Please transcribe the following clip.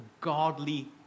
godly